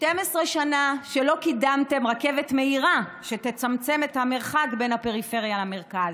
12 שנה שלא קידמתם רכבת מהירה שתצמצם את המרחק בין הפריפריה למרכז.